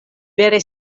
vere